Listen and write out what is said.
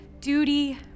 duty